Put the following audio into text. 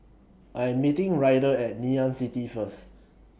I Am meeting Ryder At Ngee Ann City First